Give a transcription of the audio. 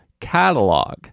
catalog